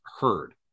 heard